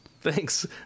Thanks